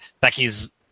Becky's